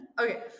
Okay